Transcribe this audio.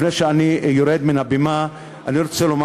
לפני שאני יורד מן הבימה אני רוצה לומר